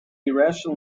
irrational